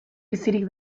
bizirik